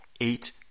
Eight